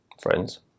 friends